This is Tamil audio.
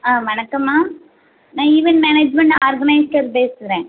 ஆ வணக்கம்மா நான் ஈவென்ட் மேனேஜ்மெண்ட் ஆர்கனைசர் பேசுகிறேன்